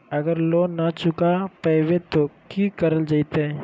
अगर लोन न चुका पैबे तो की करल जयते?